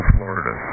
Florida